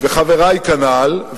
וחברי כנ"ל.